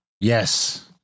Yes